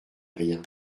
rien